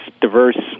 diverse